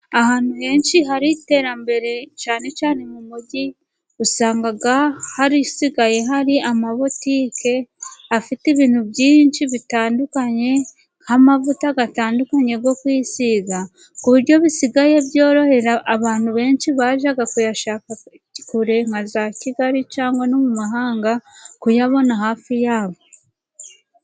Ahantu henshi hari iterambere cyane cyane mu mujyi, usanga hasigaye hari amabotike afite ibintu byinshi bitandukanye nk'amavuta atandukanye yo kwisiga, ku buryo bisigaye byorohera abantu benshi bajyaga kuyashaka kure nka za Kigali cyangwa no mu mahanga kuyabona hafi yabo.